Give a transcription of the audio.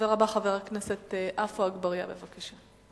הדובר הבא, חבר הכנסת עפו אגבאריה, בבקשה.